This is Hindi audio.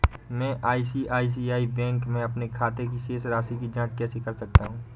मैं आई.सी.आई.सी.आई बैंक के अपने खाते की शेष राशि की जाँच कैसे कर सकता हूँ?